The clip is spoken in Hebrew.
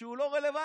שהוא לא רלוונטי,